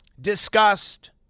discussed